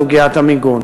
סוגיית המיגון.